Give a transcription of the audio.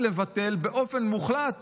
לבטל באופן כמעט מוחלט